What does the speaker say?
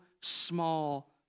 small